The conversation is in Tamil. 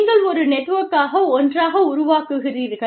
நீங்கள் ஒரு நெட்வொர்க்காக ஒன்றாக உருவாக்குகிறீர்கள்